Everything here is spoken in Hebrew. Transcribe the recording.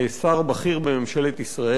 שר בכיר בממשלת ישראל.